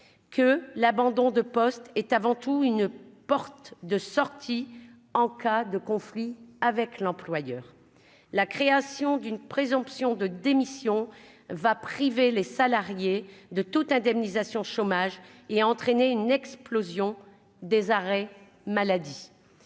que l'abandon de poste est avant tout une porte de sortie en cas de conflit avec l'employeur, la création d'une présomption de démission va priver les salariés de toute indemnisation chômage et entraîner une explosion des arrêts maladie